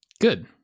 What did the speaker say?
Good